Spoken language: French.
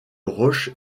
roches